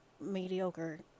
mediocre